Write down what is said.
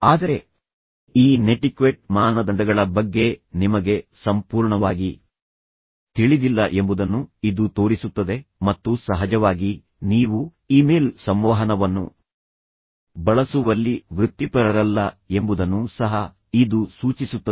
ಆದರೆ ಈ ನೆಟಿಕ್ವೆಟ್ ಮಾನದಂಡಗಳ ಬಗ್ಗೆ ನಿಮಗೆ ಸಂಪೂರ್ಣವಾಗಿ ತಿಳಿದಿಲ್ಲ ಎಂಬುದನ್ನು ಇದು ತೋರಿಸುತ್ತದೆ ಮತ್ತು ಸಹಜವಾಗಿ ನೀವು ಇಮೇಲ್ ಸಂವಹನವನ್ನು ಬಳಸುವಲ್ಲಿ ವೃತ್ತಿಪರರಲ್ಲ ಎಂಬುದನ್ನು ಸಹ ಇದು ಸೂಚಿಸುತ್ತದೆ